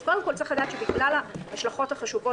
אז קודם כול צריך לדעת שבגלל ההשלכות החשובות